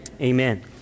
Amen